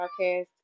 podcast